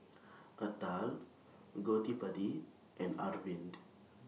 Atal Gottipati and Arvind